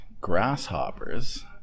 grasshoppers